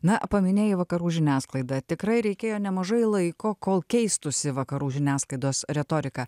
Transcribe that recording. na paminėjai vakarų žiniasklaidą tikrai reikėjo nemažai laiko kol keistųsi vakarų žiniasklaidos retorika